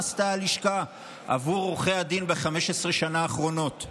שעשתה הלשכה עבור עורכי הדין ב-15 השנה האחרונות,